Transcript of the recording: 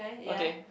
okay